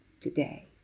today